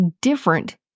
different